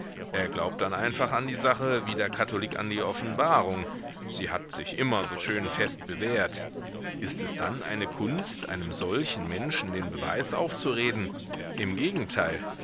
er glaubt dann einfach an die sache wie der katholik an die offenbarung sie hat sich immer so schön fest bewährt ist es dann eine kunst einem solchen menschen den beweis aufzureden im gegenteil